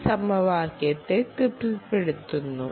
ഈ സമവാക്യത്തെ തൃപ്തിപ്പെടുത്തുന്നു